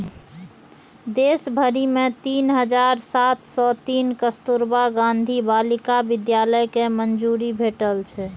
देश भरि मे तीन हजार सात सय तीन कस्तुरबा गांधी बालिका विद्यालय कें मंजूरी भेटल छै